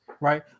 right